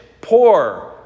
poor